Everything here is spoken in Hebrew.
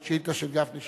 על השאילתא של גפני,